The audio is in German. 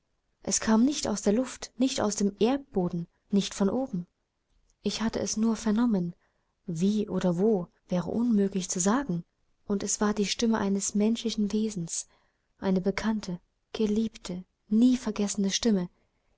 es kam nicht aus der luft nicht aus dem erdboden nicht von oben ich hatte es nur vernommen wie oder wo wäre unmöglich zu sagen und es war die stimme eines menschlichen wesens eine bekannte geliebte nie vergessene stimme